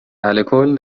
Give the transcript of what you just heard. الکل